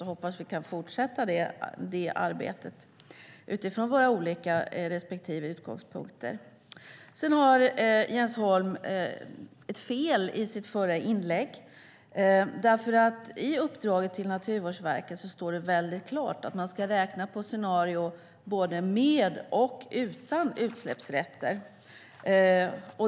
Jag hoppas att vi kan fortsätta det arbetet utifrån våra olika respektive utgångspunkter. Sedan hade Jens Holm ett fel i sitt förra inlägg. I uppdraget till Naturvårdsverket står det väldigt klart att man ska räkna på scenarier både med och utan utsläppsrätter.